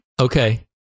Okay